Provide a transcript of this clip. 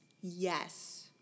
Yes